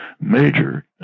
major